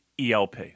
ELP